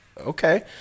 Okay